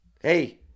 hey